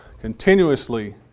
continuously